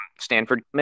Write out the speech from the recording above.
Stanford